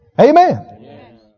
Amen